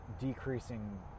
decreasing